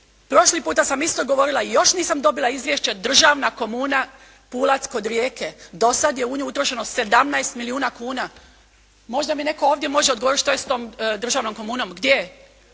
Prošli puta sam isto govorila i još nisam dobila izvješće, Državna komuna "Pulac" kod Rijeke. Dosad je u nju utrošeno 17 milijuna kuna. Možda mi netko ovdje može odgovoriti što je s tom državnom komunom? Gdje?